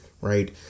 right